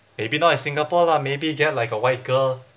maybe not in singapore lah maybe get like a white girl